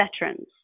veterans